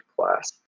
class